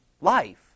life